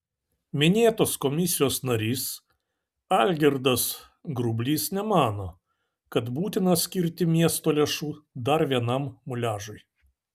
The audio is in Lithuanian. minėtos komisijos narys algirdas grublys nemano kad būtina skirti miesto lėšų dar vienam muliažui